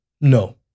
no